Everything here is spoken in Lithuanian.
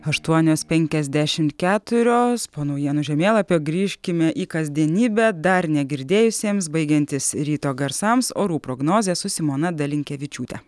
aštuonios penkiasdešimt keturios po naujienų žemėlapio grįžkime į kasdienybę dar negirdėjusiems baigiantis ryto garsams orų prognozė su simona dalinkevičiūte